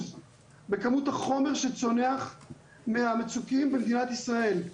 בכמות החומר שצונח מהמצוקים במדינת ישראל.